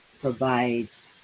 provides